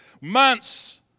months